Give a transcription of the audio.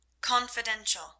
Confidential